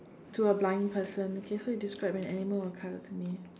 to a blind person okay so you describe an animal or a colour to me